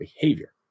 behavior